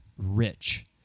rich